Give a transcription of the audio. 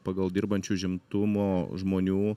pagal dirbančių užimtumo žmonių